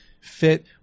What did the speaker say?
fit